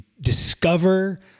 discover